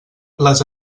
les